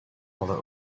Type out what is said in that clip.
pole